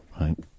right